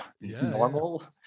normal